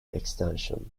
extension